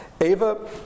Ava